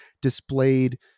displayed